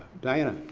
diana.